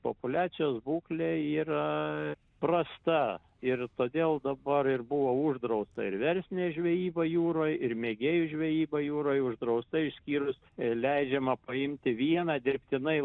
populiacijos būklė yra prasta ir todėl dabar ir buvo uždrausta ir verslinė žvejyba jūroj ir mėgėjų žvejyba jūroj uždrausta išskyrus leidžiama paimti vieną dirbtinai